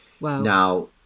Now